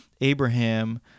Abraham